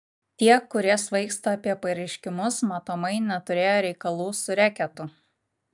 tie kurie svaigsta apie pareiškimus matomai neturėję reikalų su reketu